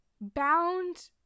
bound